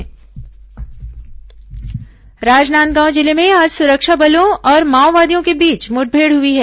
माओवादी मुठभेड़ राजनांदगांव जिले में आज सुरक्षा बलों और माओवादियों के बीच मुठभेड़ हुई है